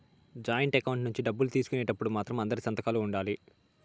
joint account నుంచి డబ్బులు తీసుకునేటప్పుడు మాత్రం అందరి సంతకాలు ఉండాలి